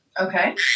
Okay